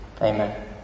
Amen